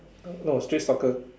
no street soccer